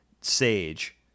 sage